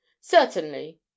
Certainly